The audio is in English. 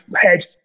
head